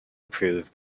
approved